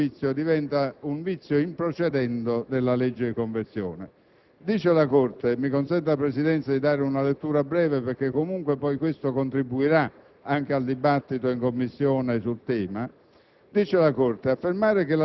ma, al contrario, questo vizio diventa un vizio in *procedendo* della legge di conversione. Dice la Corte (mi consenta la Presidenza di dare una lettura perché questo comunque contribuirà anche al dibattito in Commissione sul tema):